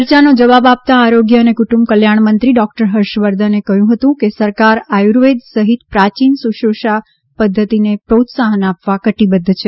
ચર્ચાનો જવાબ આપતાં આરોગ્ય અને કુટુંબ કલ્યાણમંત્રી ડોક્ટર હર્ષવર્ધને કહ્યું હતું કે સરકાર આયુર્વેદ સહિત પ્રાચીન સુશ્રુષા પદ્ધતિને પ્રોત્સાહન આપવા કટિબદ્ધ છે